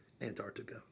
Antarctica